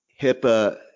HIPAA